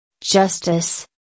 Justice